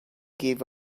give